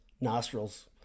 nostrils